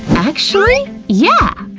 actually, yeah!